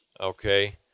Okay